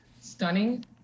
stunning